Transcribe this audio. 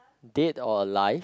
dead or alive